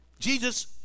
Jesus